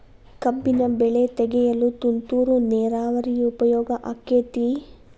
ಕಬ್ಬಿನ ಬೆಳೆ ತೆಗೆಯಲು ತುಂತುರು ನೇರಾವರಿ ಉಪಯೋಗ ಆಕ್ಕೆತ್ತಿ?